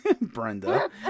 Brenda